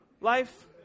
life